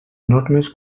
normes